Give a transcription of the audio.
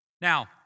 Now